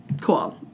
cool